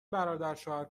برادرشوهر